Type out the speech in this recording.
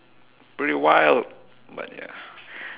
pretty wild but ya